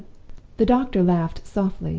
the doctor laughed softly.